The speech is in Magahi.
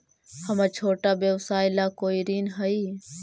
हमर छोटा व्यवसाय ला कोई ऋण हई?